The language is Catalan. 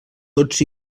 tots